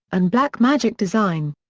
and black magic-design.